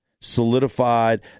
Solidified